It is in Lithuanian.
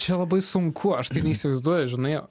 čia labai sunku aš tai neįsivaizduoju žinai